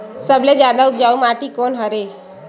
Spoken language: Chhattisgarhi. सबले जादा उपजाऊ माटी कोन हरे?